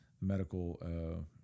medical